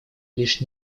лишь